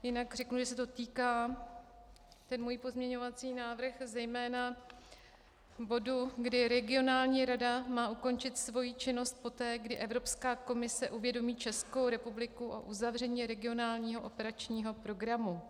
Jinak řeknu, že se můj pozměňovací návrh týká zejména bodu, kdy regionální rada má ukončit svoji činnost poté, kdy Evropská komise uvědomí Českou republiku o uzavření regionálního operačního programu.